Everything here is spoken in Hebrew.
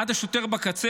עד השוטר בקצה,